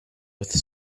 with